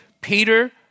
Peter